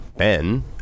Ben